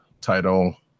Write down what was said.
title